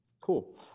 Cool